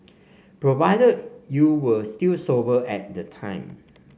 provided you were still sober at the time